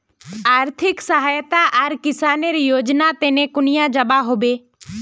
आर्थिक सहायता आर किसानेर योजना तने कुनियाँ जबा होबे?